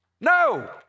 No